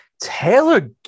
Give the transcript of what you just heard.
Taylor